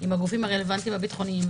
עם הגופים הרלוונטיים הביטחוניים,